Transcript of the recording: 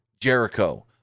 Jericho